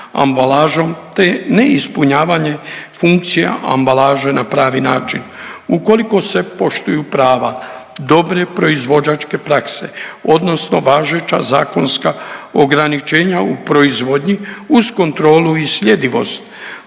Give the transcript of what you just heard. te neispunjavanje funkcija ambalaže na pravi način. Ukoliko se poštuju prava dobre proizvođačke prakse, odnosno važeća zakonska ograničenja u proizvodnji uz kontrolu i sljedivost